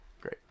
great